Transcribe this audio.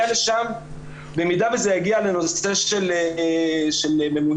במידה וזה יגיע לנושא של ממונים,